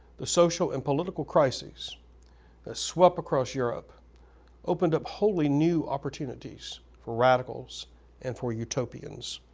the social and political crises that swept across europe opened up wholly new opportunities for radicals and for utopians.